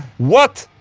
what?